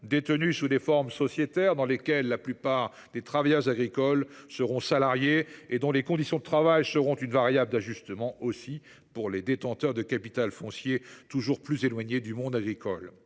détenues sous des formes sociétaires, dans lesquelles la plupart des travailleurs agricoles seront salariés et où les conditions de travail seront une variable d’ajustement pour des détenteurs de capital foncier toujours plus éloignés du monde agricole.